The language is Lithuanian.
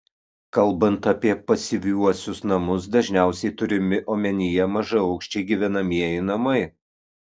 kalbant apie pasyviuosius namus dažniausiai turimi omenyje mažaaukščiai gyvenamieji namai